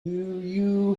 you